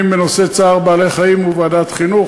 המקום שבו דנים בנושא צער בעלי-חיים הוא ועדת החינוך,